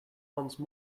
once